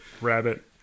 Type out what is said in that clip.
Rabbit